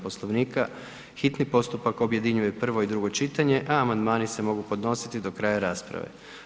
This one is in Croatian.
Poslovnika hitni postupak objedinjuje prvo i drugo čitanje, a amandmani se mogu podnositi do kraja rasprave.